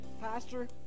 pastor